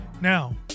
Now